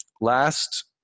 last